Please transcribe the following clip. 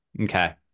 Okay